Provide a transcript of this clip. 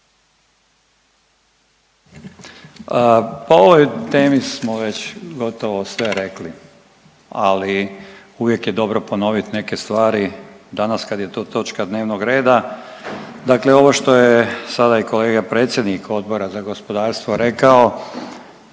Pa o ovoj temi smo već gotovo sve rekli, ali uvijek je dobro ponoviti neke stvari danas kad je to točka dnevnog reda. Dakle, ovo što je sada i kolega predsjednik Odbora za gospodarstvo rekao